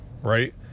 right